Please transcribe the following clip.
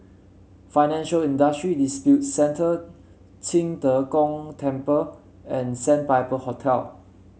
Financial Industry Disputes Center Qing De Gong Temple and Sandpiper Hotel